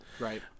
Right